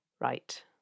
Right